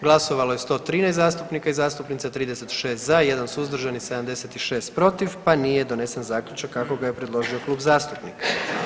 Glasovalo je 113 zastupnika i zastupnica, 36 za, 1 suzdržan i 76 protiv pa nije donesen Zaključak kako ga je predložio klub zastupnika.